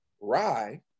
Rye